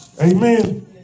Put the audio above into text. Amen